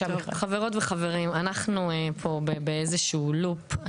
חברות וחברים, אנחנו פה באיזשהו לופ.